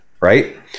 Right